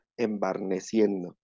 embarneciendo